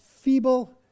feeble